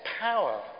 power